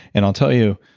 and i'll tell you,